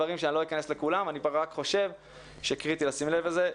דברים שלא אכנס לכולם אבל אני חושב שקריטי לשים לב לזה.